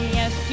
Yes